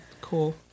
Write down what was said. Cool